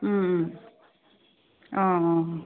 অঁ অঁ